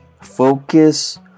Focus